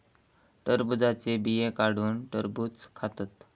टरबुजाचे बिये काढुन टरबुज खातत